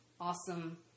awesome